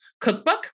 cookbook